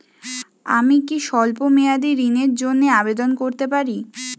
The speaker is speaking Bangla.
আমি কি স্বল্প মেয়াদি ঋণের জন্যে আবেদন করতে পারি?